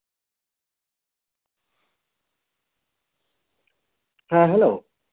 ᱦᱮᱸ ᱦᱮᱞᱳ